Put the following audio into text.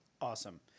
Awesome